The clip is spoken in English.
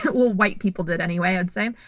but well, white people did anyway, i'd say.